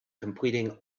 completing